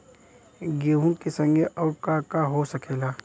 गेहूँ के संगे अउर का का हो सकेला?